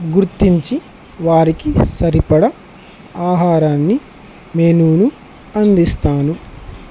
గుర్తించి వారికి సరిపడ ఆహారాన్ని నేనునూ అందిస్తాను